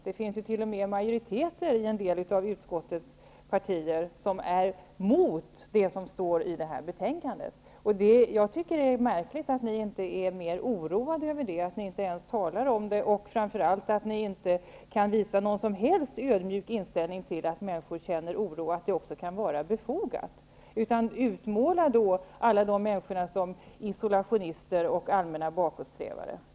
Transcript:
Det finns t.o.m. majoriteter i en del av utskottets partier som är mot det som står i det här betänkandet. Jag tycker att det är märkligt att ni inte är mer oroade över det, att ni inte ens talar om det och framför allt att ni inte kan visa någon som helst ödmjuk inställning till att människor känner oro och att det kan vara befogat. Ni utmålar alla dessa människor som isolationister och allmänna bakåtsträvare.